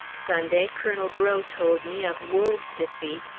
sunday, colonel breaux told me of wool's defeat,